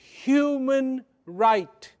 human right